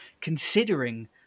considering